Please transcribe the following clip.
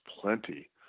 plenty